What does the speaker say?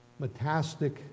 metastatic